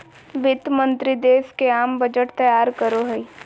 वित्त मंत्रि देश के आम बजट तैयार करो हइ